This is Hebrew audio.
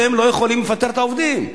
אתם לא יכולים לפטר את העובדים.